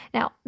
Now